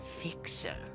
fixer